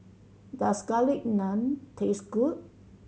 does Garlic Naan taste good